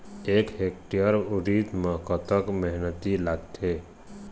एक हेक्टेयर उरीद म कतक मेहनती लागथे?